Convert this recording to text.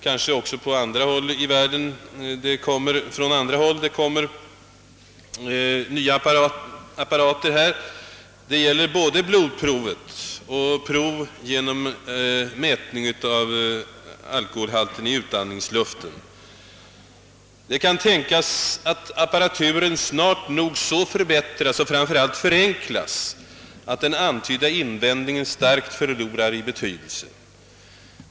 Även på andra håll i världen torde nya apparater för både blodprovstagning och för prov genom mätning av alkoholhalten i utandningsluften konstrueras och produceras. Det kan tänkas att apparaturen ganska snart förbättras och framför allt förenklas, så att krav på läkares medverkan minskar och den antydda invändningen starkt förlorar i betydelse.